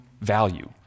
value